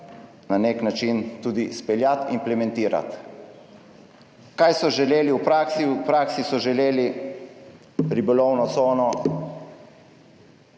na nek način tudi speljati, implementirati. Kaj so želeli v praksi? V praksi so želeli ribolovno cono